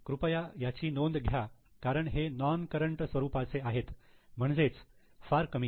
कृपया याची नोंद घ्या कारण हे नोन करंट स्वरूपाचे आहेत म्हणजेच फार कमी